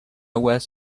words